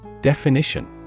Definition